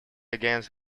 against